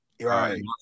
Right